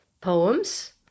Poems